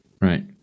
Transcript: Right